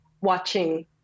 watching